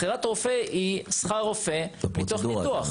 בחירת רופא היא שכר רופא מתוך ניתוח.